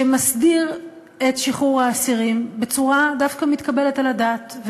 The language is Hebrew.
שמסדיר את שחרור האסירים בצורה דווקא מתקבלת על הדעת.